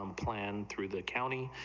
um planned through the county,